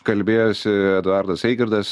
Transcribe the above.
kalbėjosi eduardas eigirdas